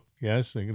Yes